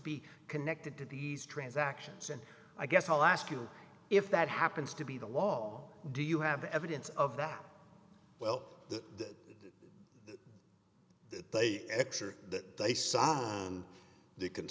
be connected to these transactions and i guess i'll ask you if that happens to be the law do you have evidence of that well that they